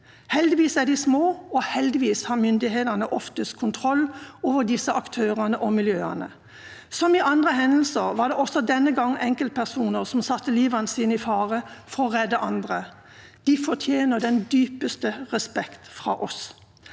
Heldigvis er de små, og heldigvis har myndighetene oftest kontroll over disse aktørene og miljøene. Som i andre hendelser var det også denne gang enkeltpersoner som satte livet sitt i fare for å redde andre. De fortjener den dypeste